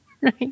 Right